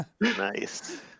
Nice